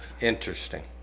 Interesting